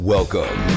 Welcome